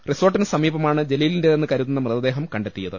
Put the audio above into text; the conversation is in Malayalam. റിസോർട്ടിന് സമീപമാണ് ജലീലിന്റേതെന്ന് കരുതുന്ന മൃതദേഹം കണ്ടെത്തിയത്